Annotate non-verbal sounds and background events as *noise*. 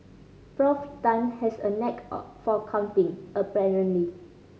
Prof Tan has a knack *unintelligible* for counting apparently